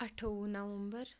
اَٹھووُہ نومبر